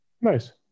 Nice